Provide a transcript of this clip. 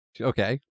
okay